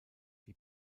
die